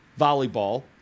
Volleyball